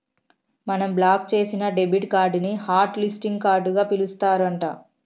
మనం బ్లాక్ చేసిన debit card ని హట్ లిస్టింగ్ కార్డుగా పిలుస్తారు అంట